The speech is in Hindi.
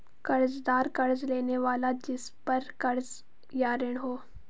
कर्ज़दार कर्ज़ लेने वाला जिसपर कर्ज़ या ऋण हो